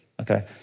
okay